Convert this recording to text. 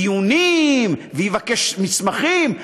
דיונים ויבקש מסמכים.